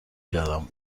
کردم